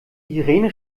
irene